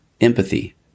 empathy